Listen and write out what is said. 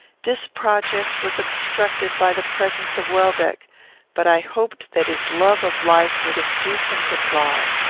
this project was obstructed by the presence of welbeck but i hoped that his love of life would induce him to fly.